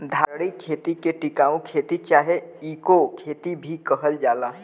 धारणीय खेती के टिकाऊ खेती चाहे इको खेती भी कहल जाला